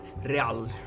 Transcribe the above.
real